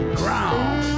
ground